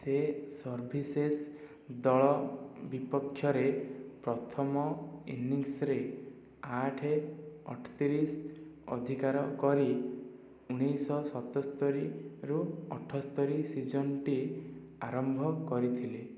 ସେ ସର୍ଭିସେସ୍ ଦଳ ବିପକ୍ଷରେ ପ୍ରଥମ ଇନିଂସ୍ରେ ଆଠ ଅଠତିରିଶ ଅଧିକାର କରି ଉଣେଇଶ ସତସ୍ତରିରୁ ଅଠସ୍ତରି ସିଜନ୍ଟି ଆରମ୍ଭ କରିଥିଲେ